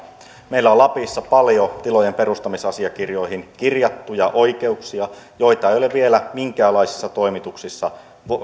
meillä on lapissa paljon tilojen perustamisasiakirjoihin kirjattuja oikeuksia joita ei ole vielä minkäänlaisissa toimituksissa